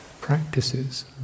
practices